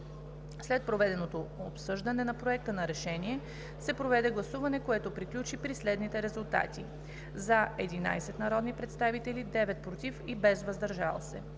След проведеното обсъждане на Проекта на решение се проведе гласуване, което приключи при следните резултати: „за“ –11 народни представители, 9 „против“, без „въздържал се“.